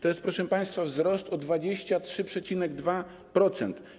To jest, proszę państwa, wzrost o 23,2%.